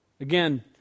Again